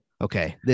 okay